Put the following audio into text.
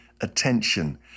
attention